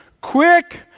Quick